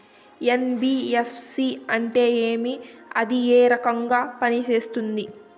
NBFC అంటే ఏమి అది ఏ రకంగా పనిసేస్తుంది